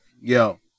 Yo